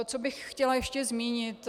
Co bych chtěla ještě zmínit.